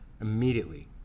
immediately